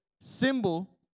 symbol